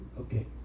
Okay